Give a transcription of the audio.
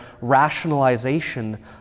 rationalization